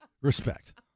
Respect